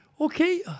Okay